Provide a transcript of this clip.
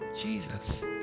Jesus